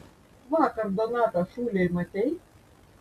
vakar donatą šūlėj matei